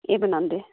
एह् बनांदे